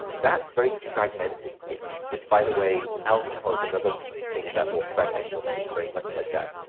that's very fragmented sleep, which, by the way, alcohol is another thing that will fragment your sleep very much like that.